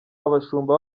abashumba